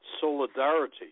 solidarity